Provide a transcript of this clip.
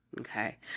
okay